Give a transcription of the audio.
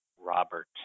Robert